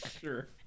Sure